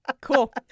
Cool